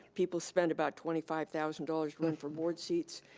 people spend about twenty five thousand dollars running for board seats.